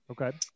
Okay